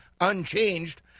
unchanged